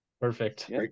Perfect